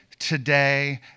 Today